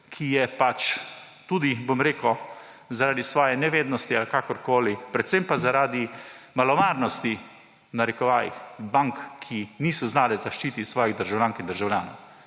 ki so pač tudi zaradi svoje nevednosti ali kakorkoli, predvsem pa zaradi malomarnosti, v narekovajih, bank, ki niso znale zaščititi svojih državljank in državljanov.